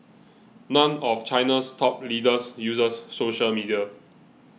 none of China's top leaders uses social media